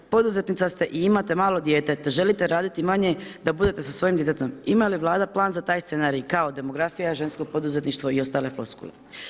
Poduzetnica ste i imate malo dijete te želite raditi manje da budete sa svojim djetetom, ima li vlada plan za taj scenarij kao demografija, žensko poduzetništvo i ostale floskule.